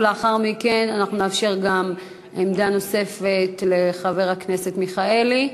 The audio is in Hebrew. ולאחר מכן אנחנו נאפשר גם עמדה נוספת לחבר הכנסת מיכאלי.